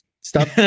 stop